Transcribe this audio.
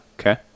Okay